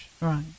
right